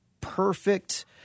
perfect